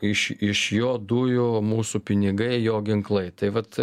iš iš jo dujų mūsų pinigai jo ginklai tai vat